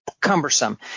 cumbersome